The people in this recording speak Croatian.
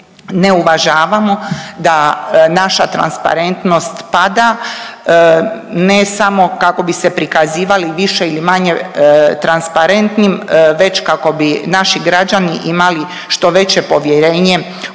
ne uvažavamo, da naša transparentnost pada ne samo kako bi se prikazivali više ili manje transparentnim već kako bi naši građani imali što veće povjerenje u naše